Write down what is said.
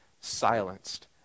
silenced